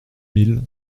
mille